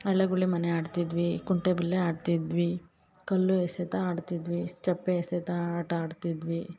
ಅಳೆಗುಳಿ ಮನೆ ಆಡ್ತಿದ್ವಿ ಕುಂಟೆಬಿಲ್ಲೆ ಆಡ್ತಿದ್ವಿ ಕಲ್ಲು ಎಸೆತ ಆಡ್ತಿದ್ವಿ ಚಪ್ಪೆ ಎಸೆತ ಆಟ ಆಡ್ತಿದ್ವಿ